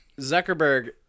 Zuckerberg